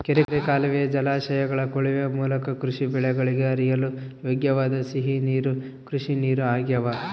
ಕೆರೆ ಕಾಲುವೆಯ ಜಲಾಶಯಗಳ ಕೊಳವೆ ಮೂಲಕ ಕೃಷಿ ಬೆಳೆಗಳಿಗೆ ಹರಿಸಲು ಯೋಗ್ಯವಾದ ಸಿಹಿ ನೀರು ಕೃಷಿನೀರು ಆಗ್ಯಾವ